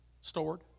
stored